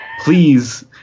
Please